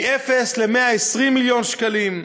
מאפס ל-120 מיליון שקלים,